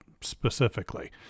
specifically